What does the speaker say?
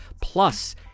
plus